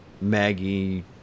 Maggie